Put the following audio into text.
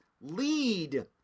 lead